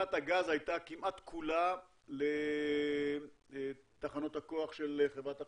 צריכת הגז הייתה כמעט כולה לתחנות הכוח של חברת החשמל.